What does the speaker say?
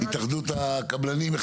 התאחדות הקבלנים.